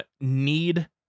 need